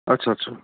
ਅੱਛਾ ਅੱਛਾ